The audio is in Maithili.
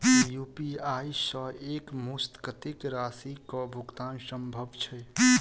यु.पी.आई सऽ एक मुस्त कत्तेक राशि कऽ भुगतान सम्भव छई?